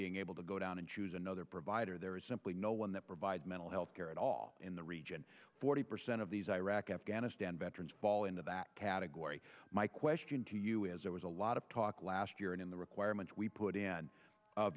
being able to go down and choose another provider there is simply no one that provides mental health care at all in the region forty percent of these iraq afghanistan veterans fall into that category my question to you is there was a lot of talk last year in the requirements we put in